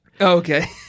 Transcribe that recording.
Okay